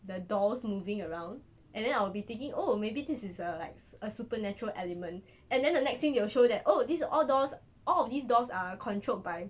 the dolls moving around and then I'll be thinking oh maybe this is uh like a supernatural element and then the next thing they will show that oh this all doll all of these dolls are controlled by